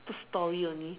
put story only